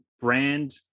brand